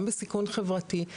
גם בסיכון חברתי,